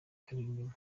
karirima